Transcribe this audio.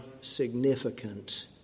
significant